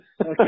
Okay